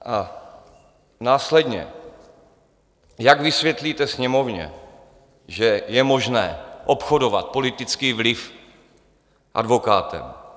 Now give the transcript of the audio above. A následně jak vysvětlíte Sněmovně, že je možné obchodovat politický vliv advokátem?